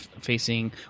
facing –